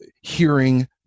hearing